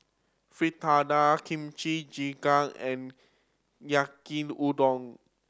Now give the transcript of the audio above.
fritada Kimchi Jjigae and Yaki Udon